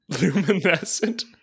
luminescent